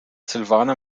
silvana